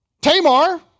Tamar